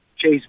Chase